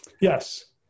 Yes